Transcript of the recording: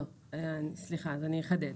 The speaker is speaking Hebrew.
אני אחדד.